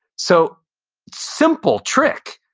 so simple trick,